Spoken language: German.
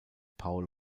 paul